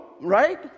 Right